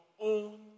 own